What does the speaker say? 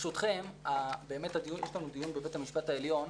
ברשותכם, יש לנו דיון בבית המשפט העליון,